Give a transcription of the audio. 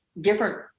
different